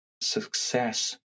success